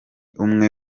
umwe